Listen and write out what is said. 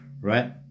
Right